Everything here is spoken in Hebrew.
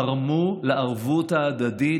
תרמו לערבות הדדית,